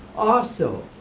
also,